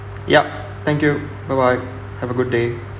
yup thank you bye bye have a good day